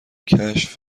کشف